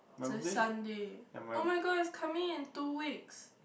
just Sunday [oh]-my-god is coming in two weeks